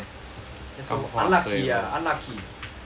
that's so unlucky ah unlucky why so unlucky